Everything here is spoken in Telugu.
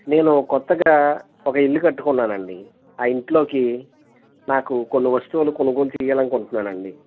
నేను కొత్తగా ఒక ఇల్లు కట్టుకున్నానండి ఆ ఇంట్లోకి నాకు కొన్ని వస్తువులు కొనుగోలు చేయాలనుకుంటున్నాను అండి